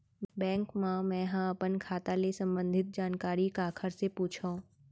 Bank मा मैं ह अपन खाता ले संबंधित जानकारी काखर से पूछव?